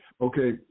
Okay